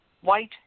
white